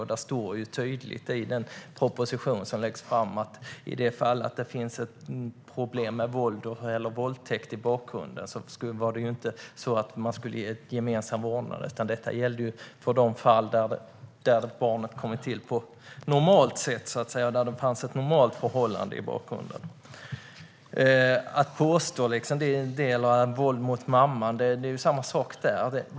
I den proposition som lagts fram där står det tydligt att i de fall där det finns problem med våld eller våldtäkt i bakgrunden ska man inte ge gemensam vårdnad, utan detta gällde för de fall där barnet kommit till på ett normalt sätt och med ett normalt förhållande i bakgrunden. Det är samma sak när det gäller delad vårdnad efter våld mot mamman.